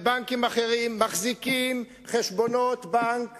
ובנקים אחרים, מחזיקים חשבונות בנק